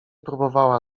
próbowała